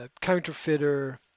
counterfeiter